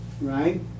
right